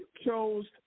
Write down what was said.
chose